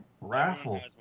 Raffle